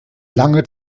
lange